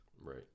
right